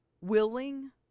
willing